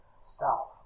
self